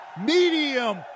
medium